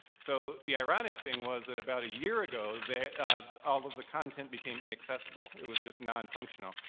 so the ironic thing was that about a year ago, that all of the content became inaccessible, it was just non-functional,